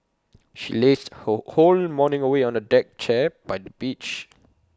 she lazed her whole morning away on A deck chair by the beach